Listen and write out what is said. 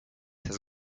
has